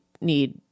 need